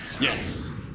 yes